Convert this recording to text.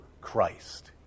Christ